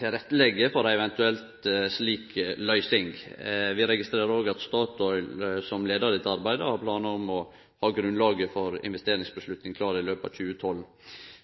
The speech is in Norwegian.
rette for ei eventuell slik løysing. Vi registrerer òg at Statoil, som leiar dette arbeidet, har planar om å ha grunnlaget for investeringsavgjerd klar i løpet av 2012.